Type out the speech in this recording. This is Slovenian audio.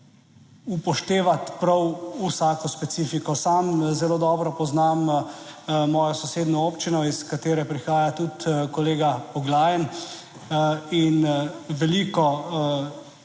upoštevati prav vsako specifiko. Sam zelo dobro poznam mojo sosednjo občino, iz katere prihaja tudi kolega Poglajen. In veliko